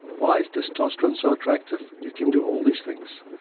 why is testosterone so attractive? it can do all these things,